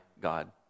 God